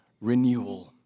renewal